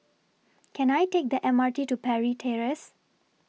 Can I Take The M R T to Parry Terrace